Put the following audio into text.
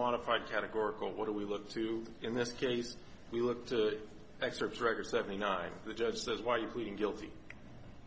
modified categorical what do we look to in this case we look to experts record seventy nine the judge says why are you pleading guilty